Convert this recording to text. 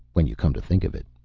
when you come to think of it?